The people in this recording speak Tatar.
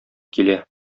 килә